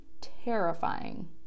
terrifying